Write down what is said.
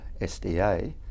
SDA